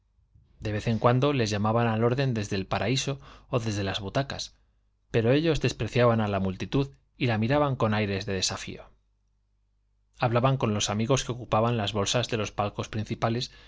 de vez en cuando les llamaban al orden desde el paraíso o desde las butacas pero ellos despreciaban a la multitud y la miraban con aires de desafío hablaban con los amigos que ocupaban las bolsas de los palcos principales